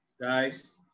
Guys